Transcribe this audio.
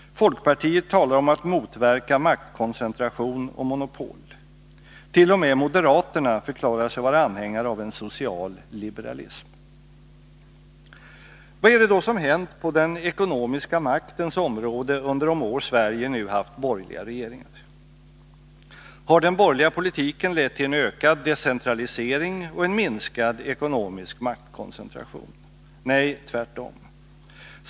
Folkpartiet talar om att motverka maktkoncentration och monopol. T.o.m. moderaterna förklarar sig vara anhängare av en social liberalism. Vad är det då som hänt på den ekonomiska maktens område under de år Sverige nu haft borgerliga regeringar? Har den borgerliga politiken lett till en ökad decentralisering och en minskad ekonomisk maktkoncentration? Nej, tvärtom.